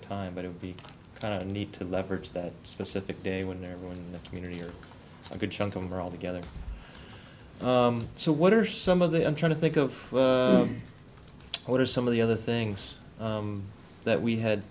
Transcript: of time but it became kind of a need to leverage that specific day when everyone in the community or a good chunk of them are all together so what are some of the i'm trying to think of what are some of the other things that we had